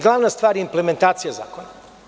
Glavna stvar je implementacija zakona.